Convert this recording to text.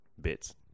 bits